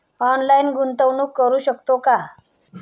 Online गुंतवणूक करू शकतो का?